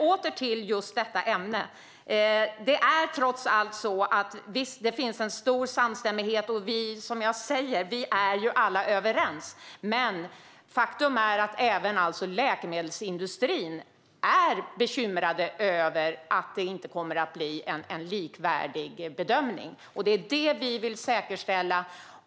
Åter till just detta ämne: Visst finns det en stor samstämmighet, och vi är alla överens, men faktum är att även läkemedelsindustrin är bekymrad för att det inte kommer att bli en likvärdig bedömning. Det är det vi vill säkerställa.